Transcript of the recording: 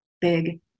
big